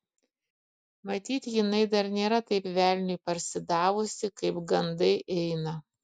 matyt jinai dar nėra taip velniui parsidavusi kaip gandai eina